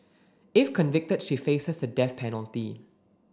if convicted she faces the death penalty